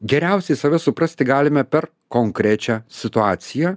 geriausiai save suprasti galime per konkrečią situaciją